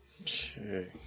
Okay